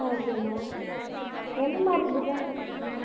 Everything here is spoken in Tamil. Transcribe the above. ஓகேங்க எந்த மாதிரி டிசைனில் கட்டணும்